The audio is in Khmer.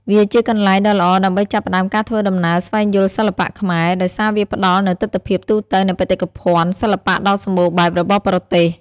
វាជាកន្លែងដ៏ល្អដើម្បីចាប់ផ្តើមការធ្វើដំណើរស្វែងយល់សិល្បៈខ្មែរ ដោយសារវាផ្តល់នូវទិដ្ឋភាពទូទៅនៃបេតិកភណ្ឌសិល្បៈដ៏សម្បូរបែបរបស់ប្រទេស។